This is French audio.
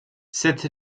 cette